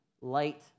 light